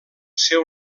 seu